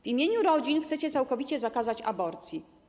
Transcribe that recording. W imieniu rodzin chcecie całkowicie zakazać aborcji.